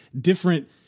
different